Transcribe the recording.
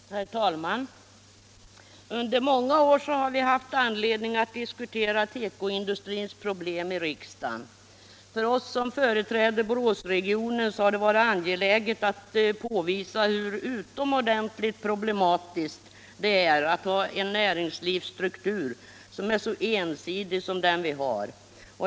Herr talman! Under många år har vi haft anledning att diskutera tekoindustrins problem i riksdagen. För oss som företräder Boråsregionen har det varit angeläget att påvisa hur utomordentligt problematiskt det är att ha en näringslivsstruktur som är så ensidig som den vi har.